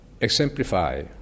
exemplify